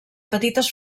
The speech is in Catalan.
petites